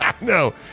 No